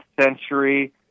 century